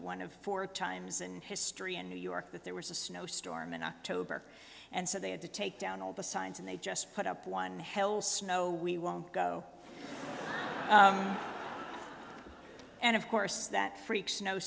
one of four times in history in new york that there was a snowstorm in october and so they had to take down all the signs and they just put up one hell snow we won't go and of course that freak